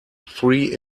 three